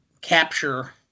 capture